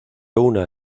una